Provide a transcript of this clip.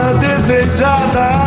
desejada